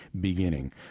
beginning